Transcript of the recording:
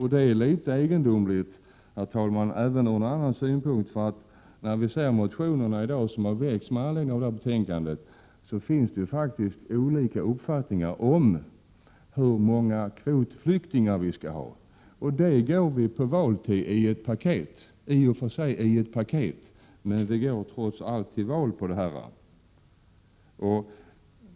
Detta är litet egendomligt även ur en annan synvinkel, herr talman. I de motioner som har väckts och som behandlas i det föreliggande betänkandet redovisas ju faktiskt olika uppfattningar om vilken flyktingkvot vi skall ha. Dessa motionsförslag — som i och för sig ingår i ett större paket av förslag — är förslag som vi trots allt går till val på.